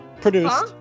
produced